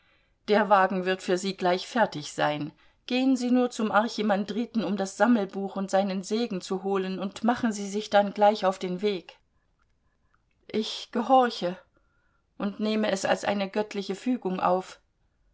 der wagen wird für sie gleich fertig sein gehen sie nur zum archimandriten um das sammelbuch und seinen segen zu holen und machen sie sich dann gleich auf den weg ich gehorche und nehme es als eine göttliche fügung auf